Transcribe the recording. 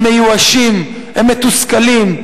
הם מיואשים, מתוסכלים.